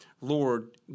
Lord